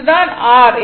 இது தான் R